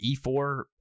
e4